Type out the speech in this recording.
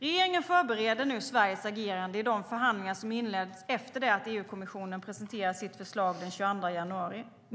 Regeringen förbereder nu Sveriges agerande i de förhandlingar som inleds efter det att EU-kommissionen presenterar sitt förslag den 22 januari.